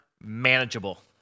manageable